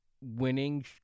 winning